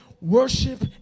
worship